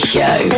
Show